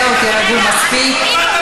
זהו, תירגעו, מספיק.